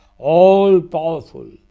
all-powerful